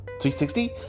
360